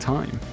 Time